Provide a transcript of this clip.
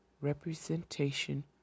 representation